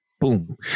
Boom